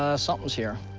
ah, something's here.